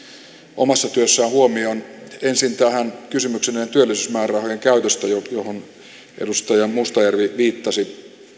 omassa työssään huomioon ensin tähän kysymykseen näiden työllisyysmäärärahojen käytöstä johon edustaja mustajärvi viittasi